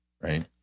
right